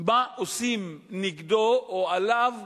מה עושים נגדו או עליו,